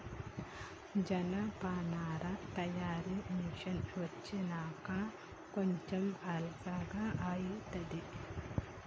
జనపనార తయారీ మిషిన్లు వచ్చినంక కొంచెం అల్కగా అయితాంది